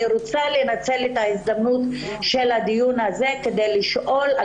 רוצה לנצל את ההזדמנות של הדיון הזה כדי לשאול את השאלה.